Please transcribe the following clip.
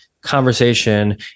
conversation